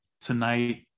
tonight